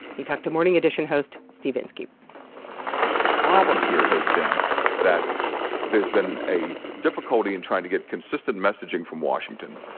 he talked to morning edition host steve inskeep the problem here has been that there's been a difficulty in trying to get consistent messaging from washington,